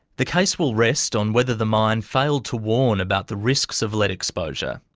the case will rest on whether the mine failed to warn about the risks of lead exposure.